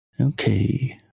Okay